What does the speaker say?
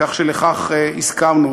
כך שלכך הסכמנו.